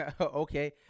Okay